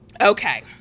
Okay